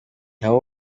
aho